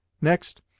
Next